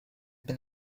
been